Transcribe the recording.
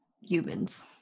humans